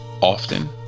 often